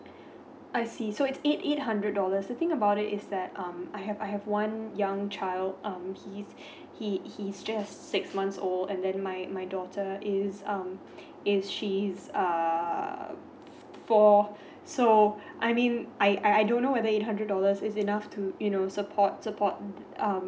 I see so it's eight eight hundred dollars the thing about it is that um I have I have one young child um he is he he is just six months old and then my my daughter is um it's cheese err four so I mean I I don't know whether it hundred dollars is enough to you know support support um um